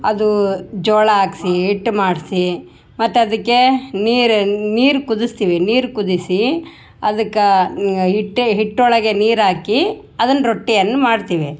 ಅದು ಜೋಳ ಹಾಕ್ಸಿ ಹಿಟ್ಟು ಮಾಡಿಸಿ ಮತ್ತು ಅದಕ್ಕೆ ನೀರು ನೀರು ಕುದುಸ್ತೀವಿ ನೀರು ಕುದಿಸಿ ಅದಕ್ಕೆ ಹಿಟ್ಟು ಹಿಟ್ಟೊಳಗೆ ನೀರು ಹಾಕಿ ಅದನ್ನು ರೊಟ್ಟಿಯನ್ನು ಮಾಡ್ತೀವಿ